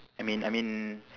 I mean I mean